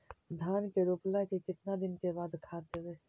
धान के रोपला के केतना दिन के बाद खाद देबै?